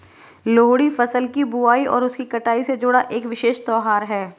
लोहड़ी फसल की बुआई और उसकी कटाई से जुड़ा एक विशेष त्यौहार है